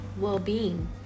well-being